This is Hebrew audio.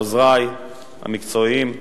עוזרי המקצועיים והמסורים,